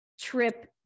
trip